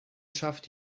schafft